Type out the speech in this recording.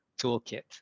toolkit